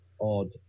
odd